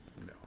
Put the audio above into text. no